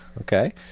okay